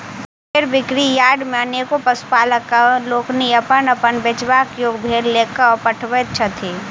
भेंड़ बिक्री यार्ड मे अनेको पशुपालक लोकनि अपन अपन बेचबा योग्य भेंड़ ल क पहुँचैत छथि